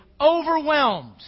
overwhelmed